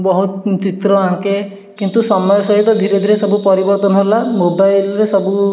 ବହୁତ ଚିତ୍ର ଆଙ୍କେ କିନ୍ତୁ ସମୟ ସହିତ ଧୀରେ ଧୀରେ ସବୁ ସବୁ ପରିବର୍ତ୍ତନ ହେଲା ମୋବାଇଲରେ ସବୁ